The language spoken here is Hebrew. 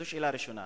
זאת השאלה הראשונה.